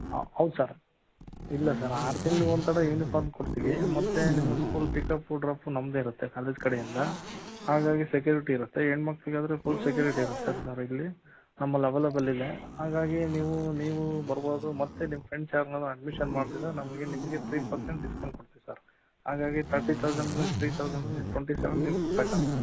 ಆ ಹೌದು ಸರ್ ಇಲ್ಲ ಸರ್ ಆರು ತಿಂಗಳಿಗೆ ಒಂದು ಸಲ ಯುನಿಫಾರ್ಮ್ ಕೊಡ್ತೀವಿ ಮತ್ತೆ ನಿಮ್ಮ ಸ್ಕೂಲ್ ಪಿಕಪ್ಪು ಡ್ರಾಪು ನಮ್ಮದೇ ಇರುತ್ತೆ ಕಾಲೇಜ್ ಕಡೆಯಿಂದ ಹಾಗಾಗಿ ಸೆಕ್ಯೂರಿಟಿ ಇರುತ್ತೆ ಹೆಣ್ಣು ಮಕ್ಕಳಿಗಾದ್ರೆ ಪುಲ್ ಸೆಕ್ಯೂರಿಟಿ ಇರುತ್ತೆ ಸರ್ ಇಲ್ಲಿ ನಮ್ಮಲ್ಲಿ ಅವೈಲೇಬಲ್ ಇಲ್ಲಿ ಹಾಗಾಗಿ ನೀವು ನೀವು ಬರ್ಬೌದು ಮತ್ತೆ ನಿಮ್ಮ ಫ್ರೆಂಡ್ಸ್ ಯಾರ್ನಾರ ಅಡ್ಮಿಷನ್ ಮಾಡ್ಸಿದ್ರೆ ನಮಗೆ ನಿಮಗೆ ತ್ರೀ ಪರ್ಸೆಂಟ್ ಡಿಸ್ಕೌಂಟ್ ಕೊಡ್ತೀವಿ ಸರ್ ಹಾಗಾಗಿ ತರ್ಟಿ ತೌಸಂಡಲ್ಲಿ ತ್ರೀ ತೌಸಂಡ್ ಅಂದರೆ ಇನ್ನು ಟ್ವೆಂಟಿ ಸೆವೆನ್ ನೀವು ಕಟ್ಟಬೇಕಾಗುತ್ತೆ ಸರ್